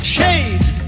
Shades